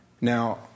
Now